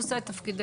את עושה את תפקידך.